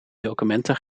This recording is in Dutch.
documenten